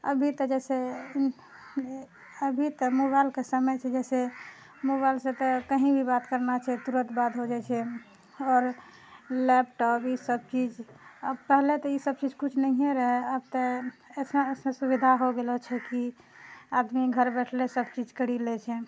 अभी तऽ जैसे अभी तऽ मोबाइलके समय छै जैसे मोबाइलसे तऽ कही भी बात करना छै तऽ तुरत बात हो जाइ छै आओर लैपटॉप ई सभ चीज आब पहिले तऽ ई सभ चीज किछु नहिए रहए आब तऽ ऐसा सुविधा हो गेलो छै कि आदमी घर बैठले सभ चीज करि लए छै